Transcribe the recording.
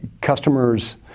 customers